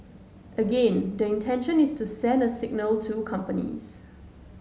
again the intention is to send a signal to companies